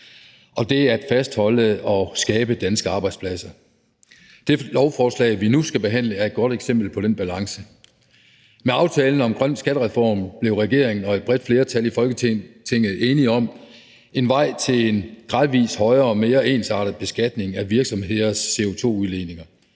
og det at fastholde og skabe danske arbejdspladser. Det lovforslag, vi nu skal behandle, er et godt eksempel på den balance. Med aftalen om en grøn skattereform blev regeringen og et bredt flertal i Folketinget enige om en vej til en gradvis højere og mere ensartet beskatning af virksomheders CO2-udledninger.